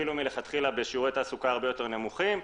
שהתחילו מלכתחילה בשיעורי תעסוקה יותר נמוכים.